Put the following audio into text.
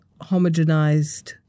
homogenized